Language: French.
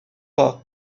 pas